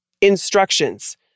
instructions